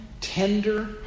tender